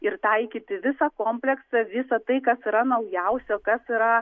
ir taikyti visą kompleksą visa tai kas yra naujausia kas yra